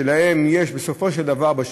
שלהם יש בסופו של דבר,